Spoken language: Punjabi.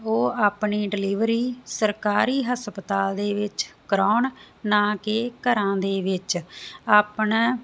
ਉਹ ਆਪਣੀ ਡਿਲੀਵਰੀ ਸਰਕਾਰੀ ਹਸਪਤਾਲ ਦੇ ਵਿੱਚ ਕਰਾਉਣ ਨਾ ਕਿ ਘਰਾਂ ਦੇ ਵਿੱਚ ਆਪਣਾ